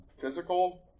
physical